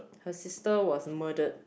her sister was murdered